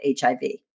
HIV